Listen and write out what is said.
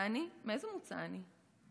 ואני, מאיזה מוצא אני?